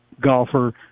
golfer